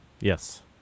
Yes